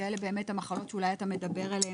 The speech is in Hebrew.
שאלה באמת המחלות שאולי אתה מדבר עליהם,